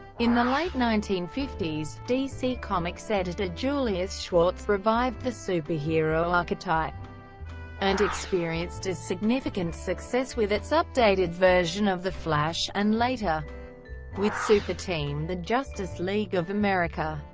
in the late nineteen fifty s, dc comics editor julius schwartz revived the superhero archetype and experienced a significant success with its updated version of the flash, and later with super-team the justice league of america.